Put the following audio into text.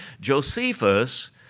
Josephus